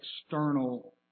external